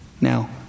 Now